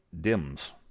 dims